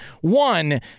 One